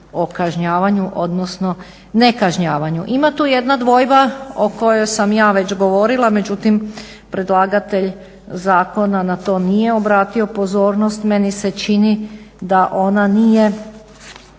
o kažnjavanju odnosno nekažnjavanju. Ima tu jedna dvojba o kojoj sam ja već govorila međutim predlagatelj zakona na to nije obratio pozornost. Meni se čini da ona nije